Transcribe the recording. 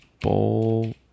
bowl